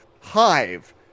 Hive